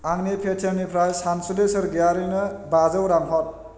आंनि पेटिएमनिफ्राय सानसुलि सोरगियारिनो बाजौ रां हर